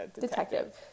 detective